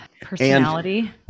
personality